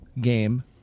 game